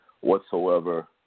whatsoever